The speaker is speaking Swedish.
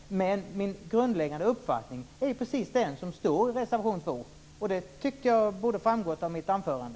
Men min grundläggande uppfattning är precis den som står i reservation 2. Det tycker jag borde framgå av mitt anförande.